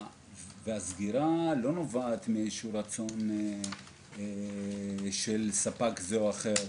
הסגירה לא נובעת מרצון של ספק זה או אחר,